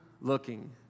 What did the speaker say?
looking